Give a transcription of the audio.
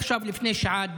לפני שעה,